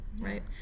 right